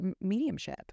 mediumship